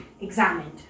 examined